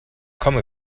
komme